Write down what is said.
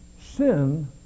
Sin